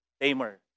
tamer